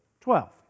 Twelve